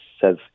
says